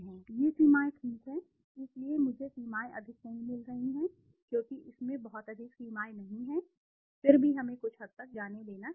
ये सीमाएँ ठीक हैं इसलिए मुझे सीमाएँ अधिक नहीं मिल रही हैं क्योंकि इसमें बहुत अधिक सीमाएँ नहीं हैं फिर भी हमें कुछ हद तक जाने देना चाहिए